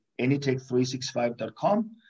anytech365.com